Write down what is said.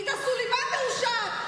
עאידה סלימאן מרושעת,